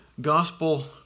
gospel